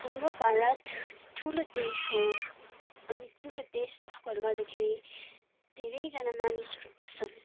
हाम्रो भारत ठुलो देश हो अनि ठुलो देश भएकोले गर्दाखेरि धेरैजना मानिसहरू बस्छन्